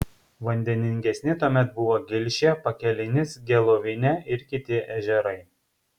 vandeningesni tuomet buvo gilšė pakelinis gelovinė ir kiti ežerai